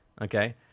Okay